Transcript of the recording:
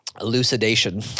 elucidation